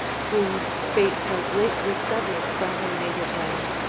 whom fate has lately severed from her native land,